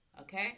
Okay